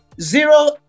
zero